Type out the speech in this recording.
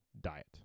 diet